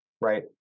right